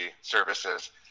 Services